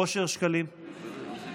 אושר שקלים.